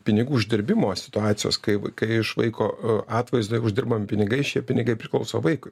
pinigų uždirbimo situacijos kai kai iš vaiko atvaizdo uždirbami pinigai šie pinigai priklauso vaikui